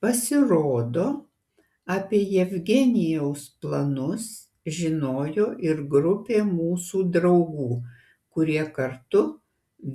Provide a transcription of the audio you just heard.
pasirodo apie jevgenijaus planus žinojo ir grupė mūsų draugų kurie kartu